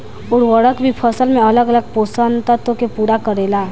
उर्वरक भी फसल में अलग अलग पोषण तत्व के पूरा करेला